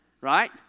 right